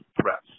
threats